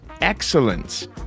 excellence